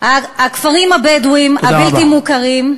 הכפרים הבדואיים הבלתי-מוכרים,